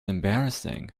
embarrassing